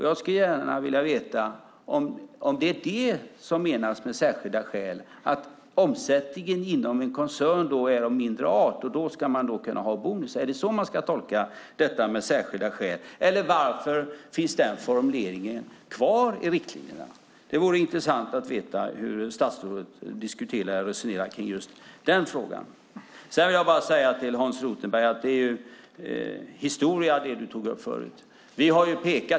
Jag skulle gärna vilja veta om det är detta som menas med särskilda skäl - att omsättningen inom en koncern är av mindre art. Ska man då kunna ha bonus? Är det så man ska tolka detta med särskilda skäl? Varför finns denna formulering kvar i riktlinjerna? Det vore intressant att veta hur statsrådet diskuterar och resonerar i just den frågan. Till Hans Rothenberg vill jag bara säga att det du tog upp förut är historia.